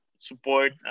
support